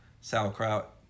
Sauerkraut